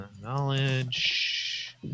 knowledge